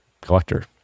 collector